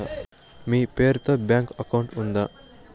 మీ పేరు తో bank account ఉందా?